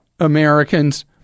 Americans